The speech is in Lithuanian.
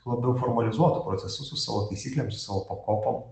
labiau formalizuotu procesu su savo taisyklėm su savo pakopom